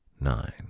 nine